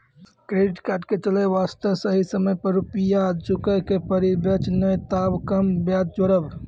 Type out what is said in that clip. Credit card के चले वास्ते सही समय पर रुपिया चुके के पड़ी बेंच ने ताब कम ब्याज जोरब?